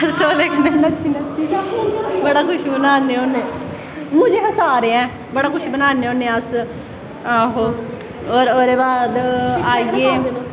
अस ढोलै कन्नै नच्चियै बड़ा कुछ बनान्ने होन्ने बड़ा कुछ बनान्ने होन्ने और ओह्दे बाद आइये